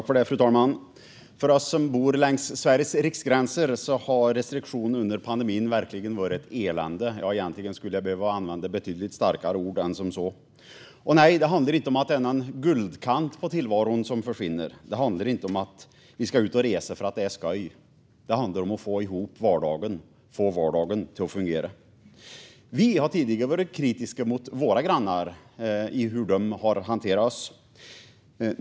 Fru talman! För oss som bor längs Sveriges riksgränser har restriktioner under pandemin verkligen varit ett elände. Egentligen skulle jag behöva använda betydligt starkare ord än så. Det handlar inte om att det är en guldkant på tillvaron som försvinner. Det handlar inte om att vi ska ut och resa för att det är skoj. Det handlar om att få ihop vardagen och få den att fungera. Vi har tidigare varit kritiska mot våra grannar i hur de har hanterat oss.